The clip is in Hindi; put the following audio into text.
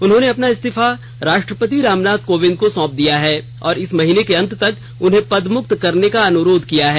उन्होंने अपना इस्तीफा राष्ट्रपति रामनाथ कोविंद को सौंप दिया है और इस महीने के अंत तक उन्हें पदमुक्त करने का अनुरोध किया है